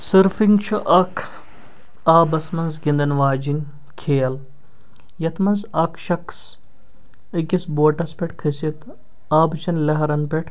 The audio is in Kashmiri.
سٔرفِنٛگ چھِ اَکھ آبَس منٛز گِنٛدَن واجیٚنۍ کھیل یَتھ منٛز اَکھ شخص أکِس بوٹَس پٮ۪ٹھ کھٔسِتھ آبہٕ چَن لہرَن پٮ۪ٹھ